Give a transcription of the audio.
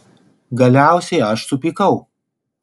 galiausiai aš supykau